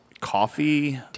coffee